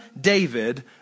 David